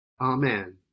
Amen